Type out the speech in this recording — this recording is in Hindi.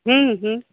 हम्म हम्म